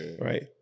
Right